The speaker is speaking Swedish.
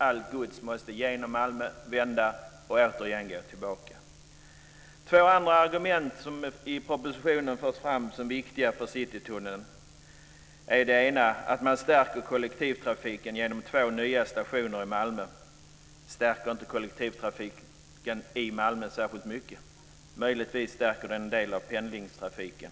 Allt gods måste genom Malmö, vända och gå tillbaka igen. Två andra argument som i propositionen förs fram som viktiga för Citytunneln är för det första att man stärker kollektivtrafiken genom två nya stationer i Malmö. Detta stärker inte kollektivtrafiken särskilt mycket. Möjligtvis stärker det en del av pendlingstrafiken.